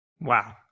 wow